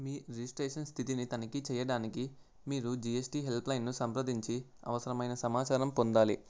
మీ registration స్థితిని తనఖీ చేయడానికి మీరు జిఎస్టీ హెల్ప్లైన్ను సంప్రదించి అవసరమైన సమాచారం పొందాలి